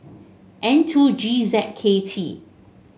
N two G Z K T